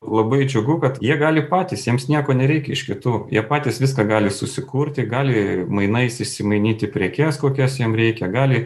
labai džiugu kad jie gali patys jiems nieko nereikia iš kitų jie patys viską gali susikurti gali mainais išsimainyti prekes kokias jiem reikia gali